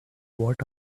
what